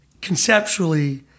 conceptually